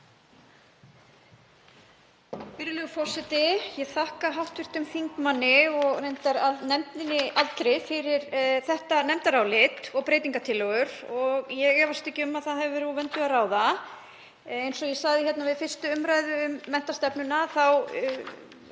Virðulegur forseti. Ég þakka hv. þingmanni og reyndar nefndinni allri fyrir þetta nefndarálit og breytingartillögur og ég efast ekki um að það hafi verið úr vöndu að ráða. Eins og ég sagði við fyrri umr. um menntastefnuna þá